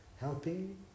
helping